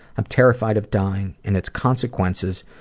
i'm terrified of dying and its consequences,